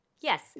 Yes